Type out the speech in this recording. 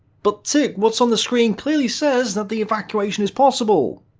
but tik what's on the screen clearly says that the evacuation is possible.